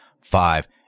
five